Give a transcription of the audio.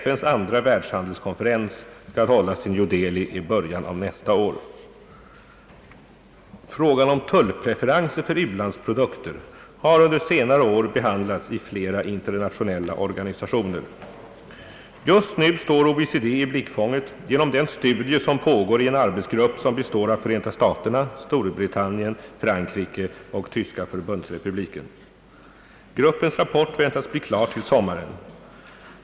FN:s andra världshandelskonferens skall hållas i New Delbi i början av nästa år. Frågan om tullpreferenser för u-landsprodukter har under senare år behandlats i flera internationella organisationer. Just nu står OECD i blickfånget genom den studie som pågår i en arbetsgrupp som består av Förenta staterna, Storbritannien, Frankrike och Tyska förbundsrepubliken. Gruppens rapport väntas bli klar till sommaren.